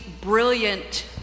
brilliant